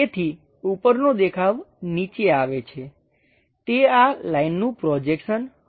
તેથી ઉપરનો દેખાવ નીચે આવે છે તે આ લાઈનનું પ્રોજેક્શન હશે